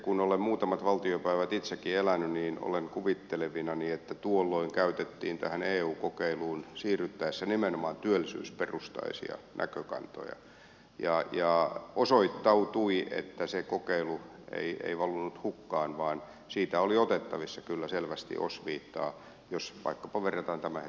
kun olen muutamat valtiopäivät itsekin elänyt niin olen kuvittelevinani että tuolloin käytettiin tähän eu kokeiluun siirryttäessä nimenomaan työllisyysperustaisia näkökantoja ja osoittautui että se kokeilu ei valunut hukkaan vaan siitä oli otettavissa kyllä selvästi osviittaa jospa kovertaa tämän